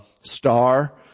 star